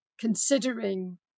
considering